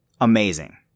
Amazing